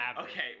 okay